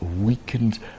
weakened